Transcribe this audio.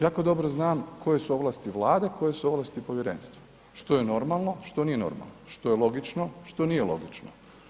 Jako dobro znam koje su ovlasti Vlade a koje su ovlasti povjerenstva, što je normalno, što nije normalno, što je logično, što nije logično.